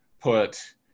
put